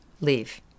Leave